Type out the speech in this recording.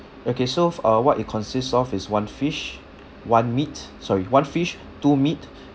okay so f~ uh what it consists of is one fish one meat sorry one fish two meat